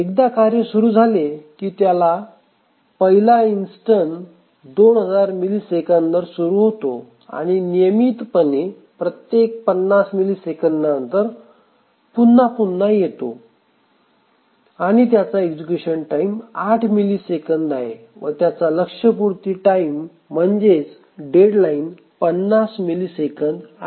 एकदा कार्य सुरू झाले की त्याचा पहिला इंस्टन 2000 मिली सेकंदानंतर सुरू होतो आणि नियमितपणे प्रत्येक 50 मिली सेकंदानंतर पुन्हा पुन्हा येतो आणि त्याचा एक्झिक्युशन टाईम आठ मिली सेकंद आहे व त्याचा लक्ष्य पूर्ती टाईम म्हणजेच डेडलाईन 50 मिली सेकंद आहे